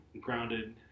grounded